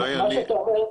מה שאתה אומר,